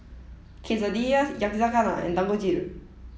Quesadillas Yakizakana and Dangojiru